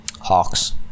Hawks